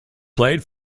played